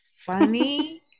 funny